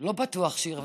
לא בטוח שהרווחתי.